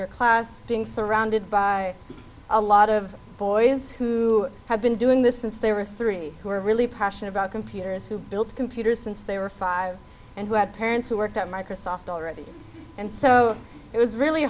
your class being surrounded by a lot of boys who have been doing this since they were three who are really passionate about computers who build computers since they were five and who had parents who worked at microsoft already and so it was really